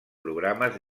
programes